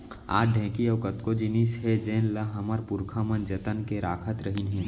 आज ढेंकी अउ कतको जिनिस हे जेन ल हमर पुरखा मन जतन के राखत रहिन हे